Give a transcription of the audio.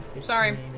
Sorry